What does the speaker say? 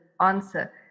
answer